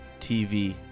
TV